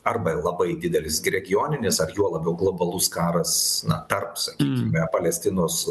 arba labai didelis regioninis ar juo labiau globalus karas na tarp sakykime palestinos